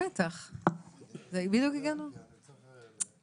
ובמקומות שאין ניצול של העובדים,